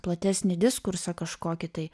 platesnį diskursą kažkokį tai